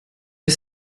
que